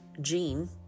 gene